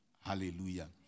Hallelujah